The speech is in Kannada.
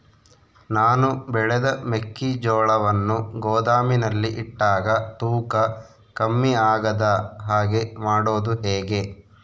ನಾನು ಬೆಳೆದ ಮೆಕ್ಕಿಜೋಳವನ್ನು ಗೋದಾಮಿನಲ್ಲಿ ಇಟ್ಟಾಗ ತೂಕ ಕಮ್ಮಿ ಆಗದ ಹಾಗೆ ಮಾಡೋದು ಹೇಗೆ?